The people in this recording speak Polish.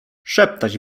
szeptać